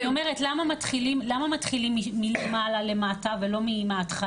אבל אני אומרת למה מתחילים מלמעלה למטה ולא מההתחלה,